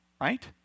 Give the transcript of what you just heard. right